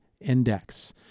index